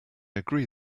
agree